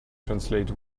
translate